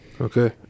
Okay